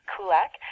Kulak